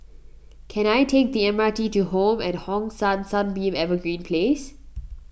can I take the M R T to Home at Hong San Sunbeam Evergreen Place